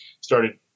started